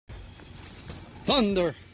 Thunder